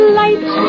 light